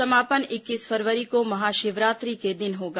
समापन इक्कीस फरवरी को महाशिवरात्रि के दिन होगा